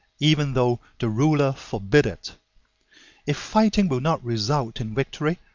even though the ruler forbid it if fighting will not result in victory,